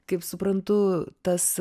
kaip suprantu tas